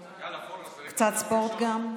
קצת ספורט גם.